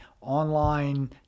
online